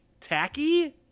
tacky